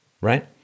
Right